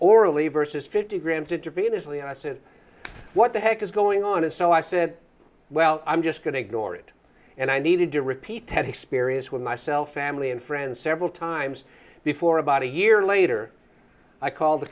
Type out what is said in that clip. orally versus fifty grams it to be initially and i said what the heck is going on and so i said well i'm just going to ignore it and i needed to repeat had experience with myself family and friends several times before about a year later i called the